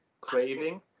craving